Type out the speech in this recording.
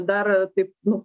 dar taip nu